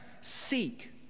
Seek